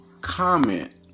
comment